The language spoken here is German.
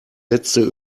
letzte